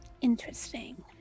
Interesting